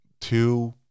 Two